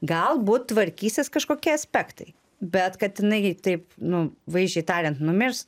galbūt tvarkysis kažkokie aspektai bet kad jinai taip nu vaizdžiai tariant numirs